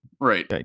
Right